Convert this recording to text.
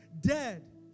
dead